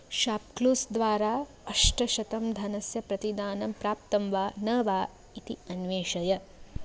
ShopClues द्वारा अष्टशतं धनस्य प्रतिदानं प्राप्तं वा न वा इति अन्वेषय